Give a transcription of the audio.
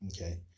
Okay